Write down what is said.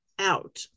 out